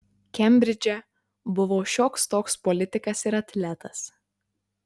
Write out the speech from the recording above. kembridže buvo šioks toks politikas ir atletas